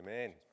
Amen